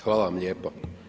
Hvala vam lijepa.